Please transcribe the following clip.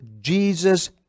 Jesus